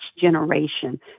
generation